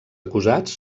acusats